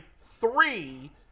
three